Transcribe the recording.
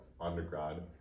undergrad